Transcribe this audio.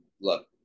Look